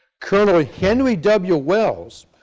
colonel henry w. wells,